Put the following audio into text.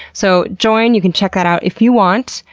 so, join. you can check that out if you want.